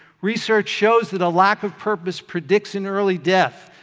research shows that a lack of purpose predicts an early death.